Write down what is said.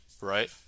right